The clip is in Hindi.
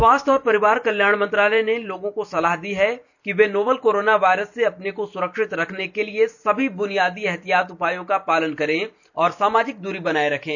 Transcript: स्वास्थ्य और परिवार कल्याण मंत्रालय ने लोगों को सलाह दी है कि वे नोवल कोरोना वायरस से अपने को सुरक्षित रखने के लिए सभी बुनियादी एहतियाती उपायों का पालन करें और सामाजिक दूरी बनाए रखें